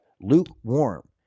Lukewarm